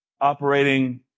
operating